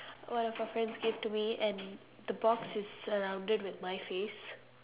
one of our friends gave to me and the box is surrounded with my face